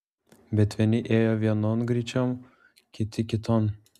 bet vieni ėjo vienon gryčion kiti kiton